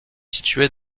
située